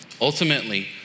Ultimately